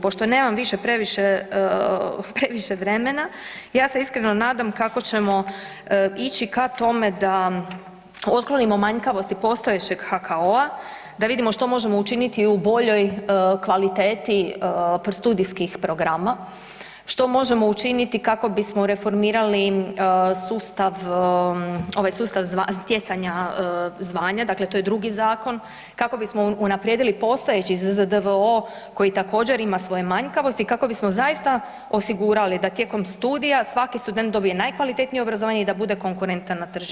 Pošto nemam više previše vremena, ja se iskreno nadam kako ćemo ići ka tome otklonimo manjkavosti postojećeg HKO-a, da vidimo što možemo učiniti i u boljoj kvaliteti studijskih programa, što možemo učiniti kako bismo reformirali sustav, ovaj sustav stjecanja zvanja, dakle to je drugi zakon, kako bismo unaprijedili postojeći ZZDVO koji također ima svoje manjkavosti kako bismo zaista osigurali da tijekom studija, svaki student dobije najkvalitetnije obrazovanje i da bude konkurentan na tržištu.